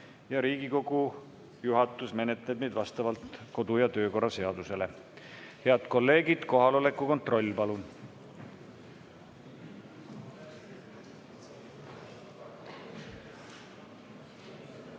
Riigikogu juhatus menetleb neid vastavalt kodu- ja töökorra seadusele. Head kolleegid, kohaloleku kontroll,